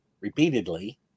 repeatedly